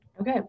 Okay